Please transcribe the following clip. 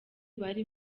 bari